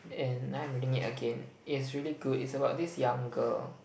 and now I'm reading it again it's really good it's about this young girl